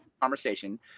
Conversation